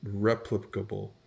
replicable